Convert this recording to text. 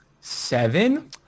Seven